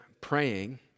Praying